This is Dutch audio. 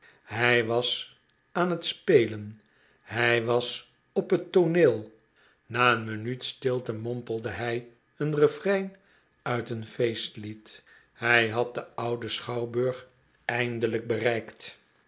hij was aan het spelen hij was op het tooneel na een minuut stilte mompelde hij een refrein uit een feestlied hij had den ouden schouwburg eindelijk bereikt